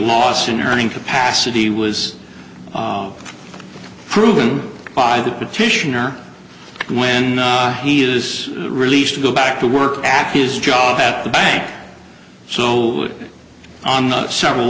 loss in earning capacity was proven by the petitioner when he is released to go back to work at his job at the bank so on several